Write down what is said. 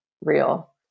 real